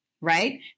right